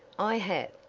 i have.